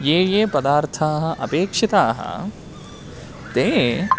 ये ये पदार्थाः अपेक्षिताः ते